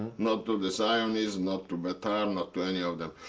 not to the zionist, not to betar, um not to any of them.